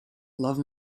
love